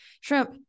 shrimp